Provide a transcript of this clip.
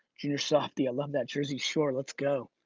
junior softy i love that jersey short. let's go.